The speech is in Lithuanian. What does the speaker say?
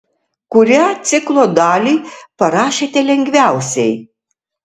kurią ciklo dalį parašėte lengviausiai